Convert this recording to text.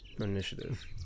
initiative